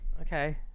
Okay